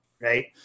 right